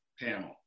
panel